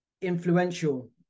influential